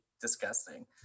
disgusting